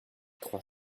trois